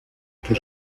que